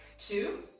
two,